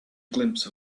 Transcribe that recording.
glimpse